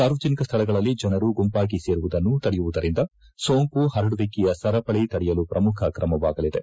ಸಾರ್ವಜನಿಕ ಸ್ವಳಗಳಲ್ಲಿ ಜನರು ಗುಂಪಾಗಿ ಸೇರುವುದನ್ನು ತಡೆಯುವುದರಿಂದ ಸೋಂಕು ಪರಡುವಿಕೆಯ ಸರಪಳಿ ತಡೆಯಲು ಪ್ರಮುಖ ಕ್ರಮವಾಗಲಿದೆ